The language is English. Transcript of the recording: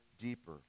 deeper